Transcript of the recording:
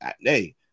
hey